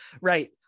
right